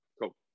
Cool